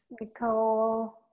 Nicole